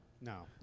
No